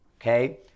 Okay